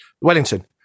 Wellington